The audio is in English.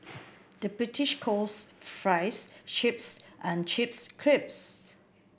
the British calls fries chips and chips crisps